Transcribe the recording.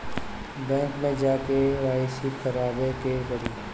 Bank मे जा के के.वाइ.सी करबाबे के पड़ी?